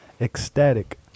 ecstatic